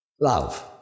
love